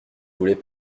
voulait